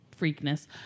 freakness